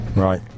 right